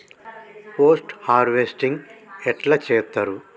Post harvesting ఎట్ల చేత్తరు?